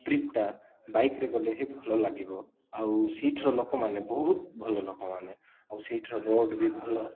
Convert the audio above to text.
ଟ୍ରିପ୍ଟା ବାଇକ୍ରେ ଗଲେ ହିଁ ଭଲ ଲାଗିବ ଆଉ ସେଇଠି ଲୋକମାନେ ବହୁତ ଭଲ ଲୋକମାନେ ଆଉ ସେଇଠିରେ ରୋଡ଼୍ବି ଭଲ